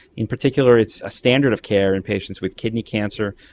in particular it's a standard of care in patients with kidney cancer.